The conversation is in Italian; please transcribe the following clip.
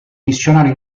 missionario